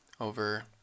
over